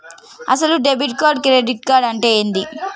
అసలు debit card credit card అంటే ఏంది?